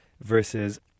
versus